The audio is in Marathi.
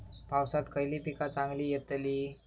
पावसात खयली पीका चांगली येतली?